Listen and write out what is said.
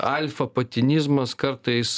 alfa patinizmas kartais